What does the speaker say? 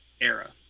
era